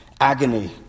agony